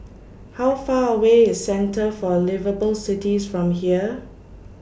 How Far away IS Centre For Liveable Cities from here